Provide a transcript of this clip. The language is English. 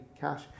cash